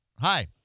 Hi